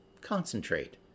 Concentrate